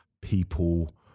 people